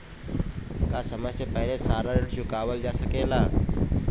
का समय से पहले सारा ऋण चुकावल जा सकेला?